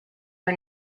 for